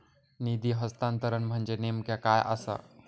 निधी हस्तांतरण म्हणजे नेमक्या काय आसा?